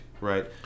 right